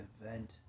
event